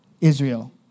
Israel